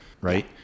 right